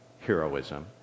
heroism